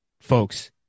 folks